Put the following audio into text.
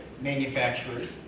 manufacturers